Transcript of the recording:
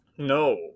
No